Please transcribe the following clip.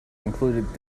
included